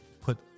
put